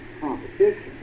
competition